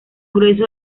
grueso